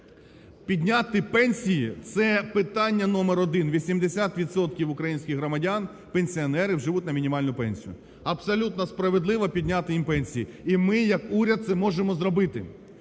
Підняти пенсії – це питання номер один, 80 відсотків українських громадян пенсіонерів живуть на мінімальну пенсію. Абсолютно справедливо підняти їм пенсії і ми, як уряд, це можемо зробити.